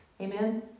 Amen